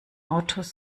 autos